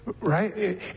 right